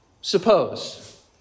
suppose